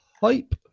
hype